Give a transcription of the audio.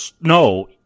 No